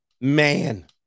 Man